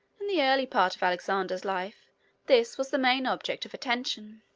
in the early part of alexander's life this was the main object of attention.